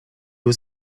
was